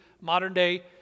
modern-day